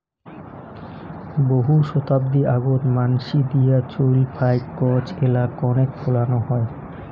বহু শতাব্দী আগোত মানসি দিয়া চইল ফাইক গছ এ্যালা কণেক ফলানো হয়